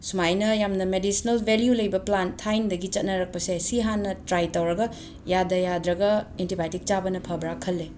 ꯁꯨꯃꯥꯏꯅ ꯌꯥꯝꯅ medicinal value ꯂꯩꯕ ꯄ꯭ꯂꯥꯟꯠ ꯊꯥꯏꯅꯗꯒꯤ ꯆꯠꯅꯔꯛꯄꯁꯦ ꯁꯤ ꯍꯥꯟꯅ ꯇ꯭ꯔꯥꯏ ꯇꯧꯔꯒ ꯌꯥꯗ ꯌꯥꯗ꯭ꯔꯒ ꯑꯦꯟꯇꯤꯕꯥꯏꯇꯤꯛ ꯆꯥꯕꯅ ꯐꯕ꯭ꯔꯥ ꯈꯜꯂꯦ